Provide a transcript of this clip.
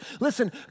Listen